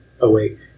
awake